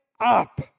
up